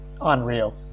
unreal